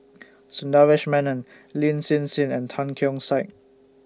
Sundaresh Menon Lin Hsin Hsin and Tan Keong Saik